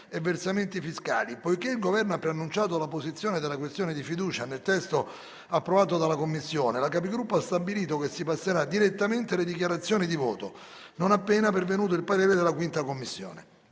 e versamenti fiscali. Poiché il Governo ha preannunciato la posizione della questione di fiducia nel testo approvato dalla Commissione, la Conferenza dei Capigruppo ha stabilito che si passerà direttamente alle dichiarazioni di voto, non appena pervenuto il parere della 5[a] Commissione.